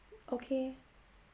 okay